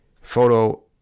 photo